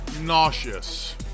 nauseous